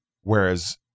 Whereas